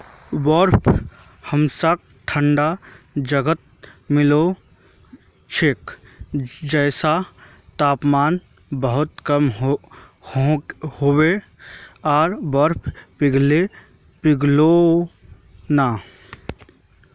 बर्फ हमसाक ठंडा जगहत मिल छेक जैछां तापमान बहुत कम होके आर बर्फ पिघलोक ना